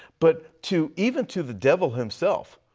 but to even to the devil himself